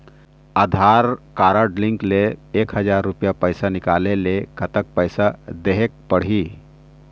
आधार card link ले एक हजार रुपया पैसा निकाले ले कतक पैसा देहेक पड़ही?